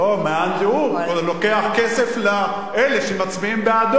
מאן דהוא לוקח כסף לאלה שמצביעים בעדו,